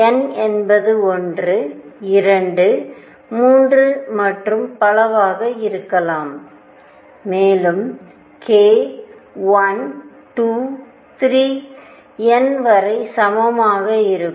n என்பது 1 2 3 மற்றும் பலவாக இருக்கலாம் மேலும் k 1 2 3 n வரை சமமாக இருக்கும்